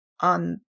on